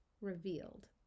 revealed